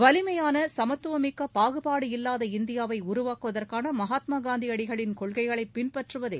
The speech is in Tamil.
வலிமையான சமத்துவமிக்க பாகுபாடு இல்லாத இந்தியாவை உருவாக்குவதற்கான மகாத்மா காந்தியடிகளின் கொள்கைகளை பின்பற்றுவதே